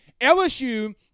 LSU